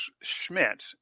Schmidt